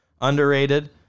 underrated